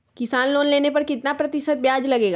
किसान लोन लेने पर कितना प्रतिशत ब्याज लगेगा?